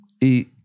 Eat